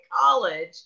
college